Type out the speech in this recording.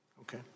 Okay